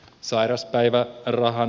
sairauspäivärahan suuruus